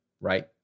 right